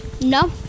No